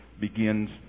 begins